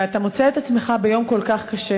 ואתה מוצא את עצמך ביום כל כך קשה,